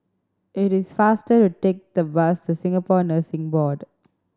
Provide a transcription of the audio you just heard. it is faster to take the bus to Singapore Nursing Board